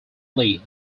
lead